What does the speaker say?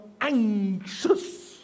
anxious